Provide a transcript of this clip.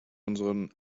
unseren